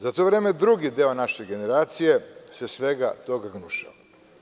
Za to vreme drugi deo naše generacije se svega toga gnušao.